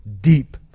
deep